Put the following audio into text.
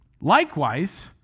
Likewise